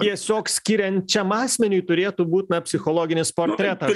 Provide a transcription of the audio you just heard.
tiesiog skiriančiam asmeniui turėtų būt na psichologinis portretas